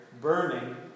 burning